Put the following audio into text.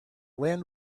land